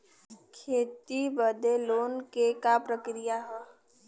खेती बदे लोन के का प्रक्रिया ह?